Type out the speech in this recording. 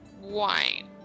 wine